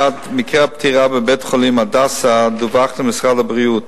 1. מקרה הפטירה בבית-חולים "הדסה" דווח למשרד הבריאות.